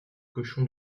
cochon